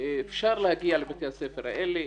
אפשר להגיע לבתי הספר האלה,